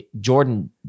Jordan